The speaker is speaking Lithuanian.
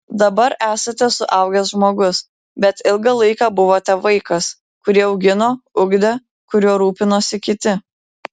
dabar esate suaugęs žmogus bet ilgą laiką buvote vaikas kurį augino ugdė kuriuo rūpinosi kiti